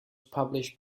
published